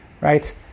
Right